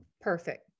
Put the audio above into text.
perfect